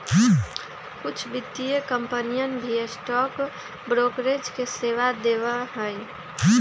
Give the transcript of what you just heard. कुछ वित्तीय कंपनियन भी स्टॉक ब्रोकरेज के सेवा देवा हई